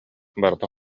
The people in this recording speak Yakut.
барыта